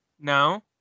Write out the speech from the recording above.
no